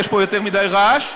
יש פה יותר מדי רעש.